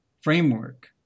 framework